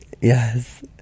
yes